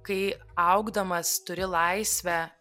kai augdamas turi laisvę